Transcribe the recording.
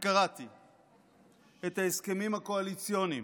וקראתי את ההסכמים הקואליציוניים.